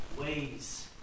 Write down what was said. ways